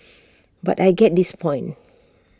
but I get his point